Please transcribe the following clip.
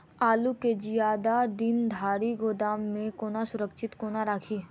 आलु केँ जियादा दिन धरि गोदाम मे कोना सुरक्षित कोना राखि?